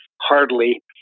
hardly